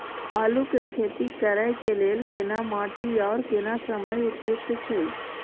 आलू के खेती करय के लेल केना माटी आर केना समय उपयुक्त छैय?